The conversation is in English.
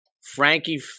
Frankie